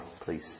please